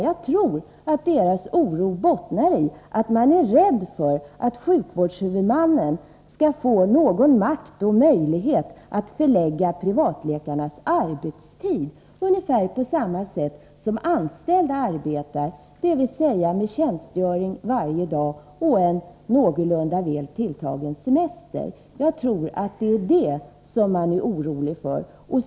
Jag tror att deras oro bottnar i en rädsla för att sjukvårdshuvudmannen skall få makt och möjlighet att förlägga privatläkarnas arbetstid ungefär på samma sätt som för anställda arbetare, dvs. med tjänstgöring varje dag och en någorlunda väl tilltagen semester. Jag tror att det är det man är orolig för.